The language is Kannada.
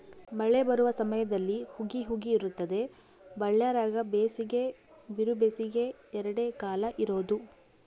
ಮಳೆ ಬರುವ ಸಮಯದಲ್ಲಿ ಹುಗಿ ಹುಗಿ ಇರುತ್ತದೆ ಬಳ್ಳಾರ್ಯಾಗ ಬೇಸಿಗೆ ಬಿರುಬೇಸಿಗೆ ಎರಡೇ ಕಾಲ ಇರೋದು